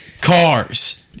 Cars